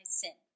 sin